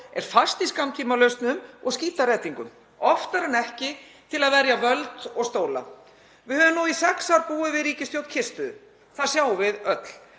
er fast í skammtímalausnum og skítareddingum, oftar en ekki til að verja völd og stóla. Við höfum nú í sex ár búið við ríkisstjórn kyrrstöðu, það sjáum við öll.